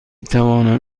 توانم